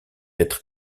être